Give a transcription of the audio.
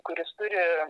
kuris turi